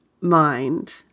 mind